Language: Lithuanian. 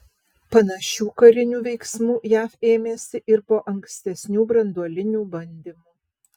panašių karinių veiksmų jav ėmėsi ir po ankstesnių branduolinių bandymų